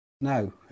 No